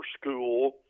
school